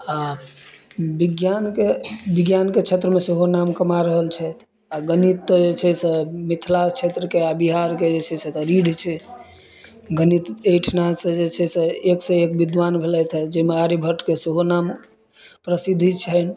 आ विज्ञानके विज्ञानके क्षेत्रमे सेहो नाम कमा रहल छथि आ गणित तऽ जे छै से मिथिला क्षेत्रके आ बिहारके जे छै से तऽ रीढ़ छै गणित एहिठाम सँ जे छै से एकसँ एक विद्वान भेलथि हे जाहिमे आर्यभट्टके सेहो नाम प्रसिद्धि छनि